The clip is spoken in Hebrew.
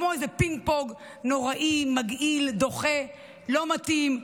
כמו איזה פינג פונג נוראי, מגעיל, דוחה, לא מתאים,